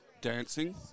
dancing